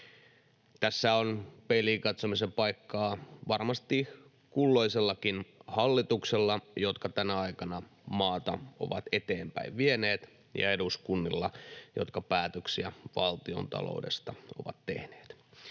Tässä on peiliin katsomisen paikka varmasti kulloisellakin hallituksella, jotka tänä aikana maata ovat eteenpäin vieneet, ja eduskunnilla, jotka päätöksiä valtiontaloudesta ovat tehneet.